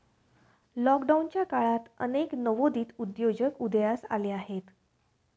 लॉकडाऊनच्या काळात अनेक नवोदित उद्योजक उदयास आले आहेत